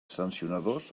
sancionadors